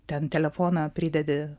ten telefoną pridedi